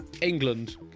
England